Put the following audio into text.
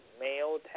male